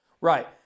Right